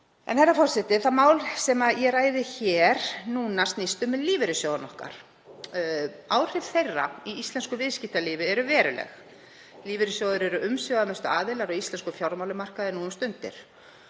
Herra forseti. Það mál sem ég ræði hér núna snýst um lífeyrissjóðina okkar. Áhrif þeirra í íslensku viðskiptalífi eru veruleg. Lífeyrissjóðir eru umsvifamestu aðilar á íslenskum fjármálamarkaði nú um stundir.